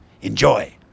Enjoy